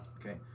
Okay